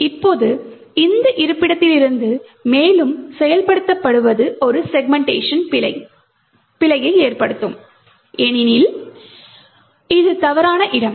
இப்போது இந்த இருப்பிடத்திலிருந்து மேலும் செயல்படுத்தப்படுவது ஒரு செக்மென்ட்டேஷன் பிழையை ஏற்படுத்தும் ஏனெனில் இது தவறான இடம்